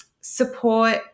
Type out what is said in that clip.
support